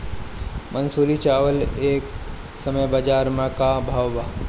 मंसूरी चावल एह समय बजार में का भाव बा?